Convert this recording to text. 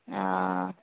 अँ